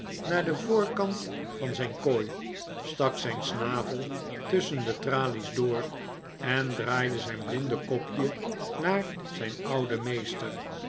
naar den voorkant van zijn kooi stak zijn snavel tusschen de tralies door en draaide zijn blinde kopje naar zijn ouden meester